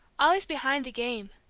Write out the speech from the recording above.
always behind the game?